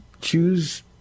choose